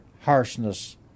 harshness